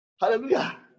Hallelujah